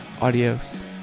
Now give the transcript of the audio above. adios